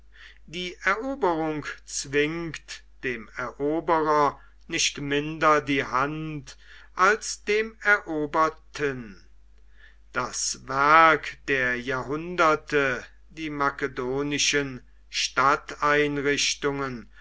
die eroberung zwingt dem eroberer nicht minder die hand als dem eroberten das werk der jahrhunderte die makedonischen